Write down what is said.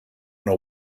know